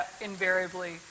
invariably